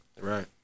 Right